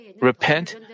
repent